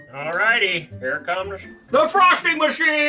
alright-y, here comes the frosting machine!